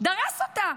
דרס אותה.